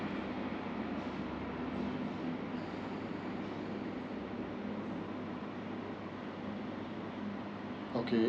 okay